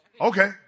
Okay